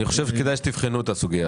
אני חושב שכדאי שתבחנו את הסוגייה הזאת.